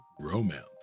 romance